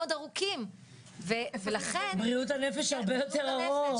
ארוכים ולכן --- בריאות הנפש הרבה יותר ארוך.